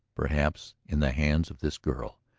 perhaps, in the hands of this girl.